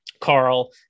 Carl